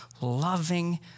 loving